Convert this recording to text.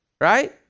right